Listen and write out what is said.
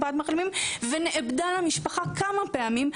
ואבדה למשפחה שלה בכמה פעמים,